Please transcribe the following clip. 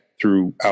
throughout